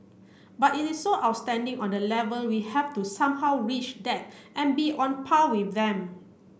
but it is so outstanding on the level we have to somehow reach that and be on par with them